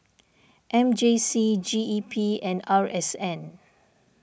M J C G E P and R S N